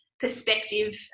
perspective